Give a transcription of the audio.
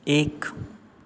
एक